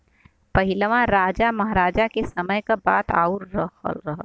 पहिलवा राजा महराजा के समय क बात आउर रहल